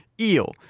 eel